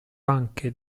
anche